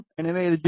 எனவே இது 0